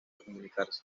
comunicarse